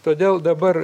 todėl dabar